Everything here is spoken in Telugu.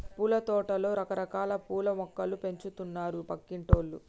పూలతోటలో రకరకాల పూల మొక్కలు పెంచుతున్నారు పక్కింటోల్లు